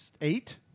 eight